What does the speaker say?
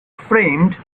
framed